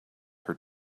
her